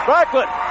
Backlund